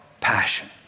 passion